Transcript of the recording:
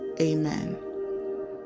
Amen